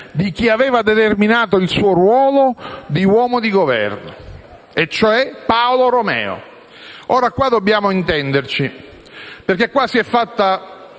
di chi aveva determinato il suo ruolo di uomo Governo, cioè Paolo Romeo. Ora qui dobbiamo intenderci, perché anche in